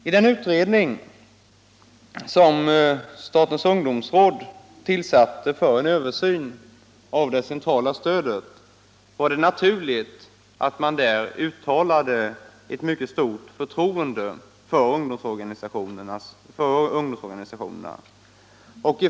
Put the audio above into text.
I den utredning som statens ungdomsråd tillsatte för en översyn av det centrala stödet var det naturligt att uttala ett stort förtroende för ungdomsorganisationerna.